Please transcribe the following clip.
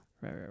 right